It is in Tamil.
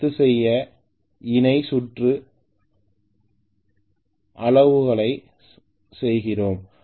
ரத்து செய்த இணை சுற்று அளவுருக்களை செய்கிறோம்